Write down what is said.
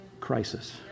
crisis